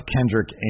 Kendrick